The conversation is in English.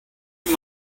you